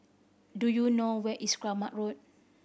do you know where is Kramat Road